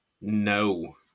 No